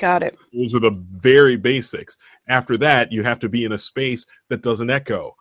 got it was that the very basics after that you have to be in a space that doesn't echo